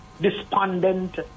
despondent